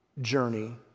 journey